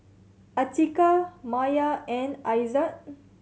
Atiqah Maya and Aizat